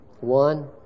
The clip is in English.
One